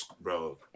bro